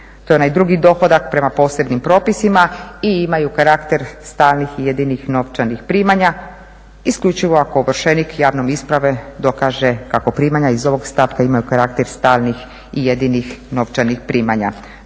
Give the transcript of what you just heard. To je onaj drugi dohodak prema posebnim propisima i imaju karakter stalnih i jedinih novčanih primanja isključivo ako ovršenik javnom ispravom dokaže kako primanja iz ovog stavka imaju karakter stalnih i jedinih novčanih primanja.